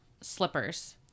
slippers